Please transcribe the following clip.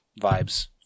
vibes